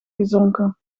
gezonken